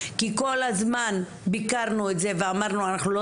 כי כל הזמן ביקרנו את זה ואמרנו אנחנו לא